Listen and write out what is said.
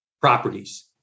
properties